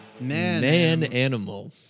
Man-animal